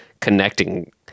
connecting